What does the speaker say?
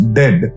dead